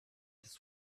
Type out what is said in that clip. his